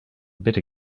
better